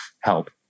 help